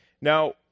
Now